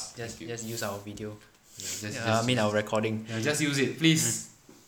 just u~ just use our video err I mean our recording mm